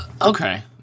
Okay